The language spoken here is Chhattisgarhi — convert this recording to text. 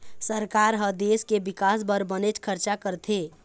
सरकार ह देश के बिकास बर बनेच खरचा करथे